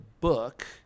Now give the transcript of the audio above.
book